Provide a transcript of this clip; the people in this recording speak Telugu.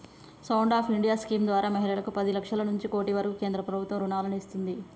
స్టాండ్ అప్ ఇండియా స్కీమ్ ద్వారా మహిళలకు పది లక్షల నుంచి కోటి వరకు కేంద్ర ప్రభుత్వం రుణాలను ఇస్తున్నాది